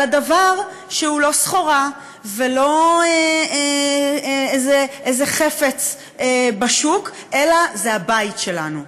על דבר שהוא לא סחורה והוא לא איזה חפץ בשוק אלא זה הבית שלנו,